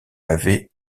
avaient